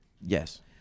Yes